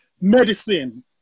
medicine